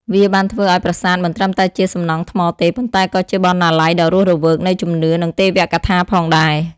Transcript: វាបានធ្វើឲ្យប្រាសាទមិនត្រឹមតែជាសំណង់ថ្មទេ ប៉ុន្តែក៏ជាបណ្ណាល័យដ៏រស់រវើកនៃជំនឿនិងទេវកថាផងដែរ។